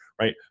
right